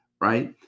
right